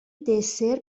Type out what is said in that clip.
دسر